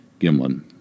Gimlin